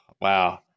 Wow